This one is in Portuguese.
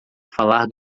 falar